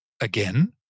again